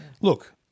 Look